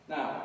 Now